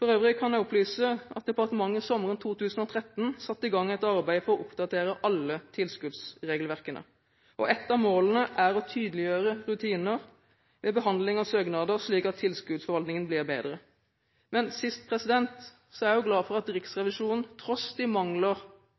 For øvrig kan jeg opplyse at departementet sommeren 2013 satte i gang et arbeid for å oppdatere alle tilskuddsregelverkene. Et av målene er å tydeliggjøre rutinene ved behandling av søknader, slik at tilskuddsforvaltningen blir bedre. Til slutt: Jeg er også glad for at Riksrevisjonen tross de mangler